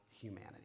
humanity